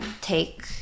take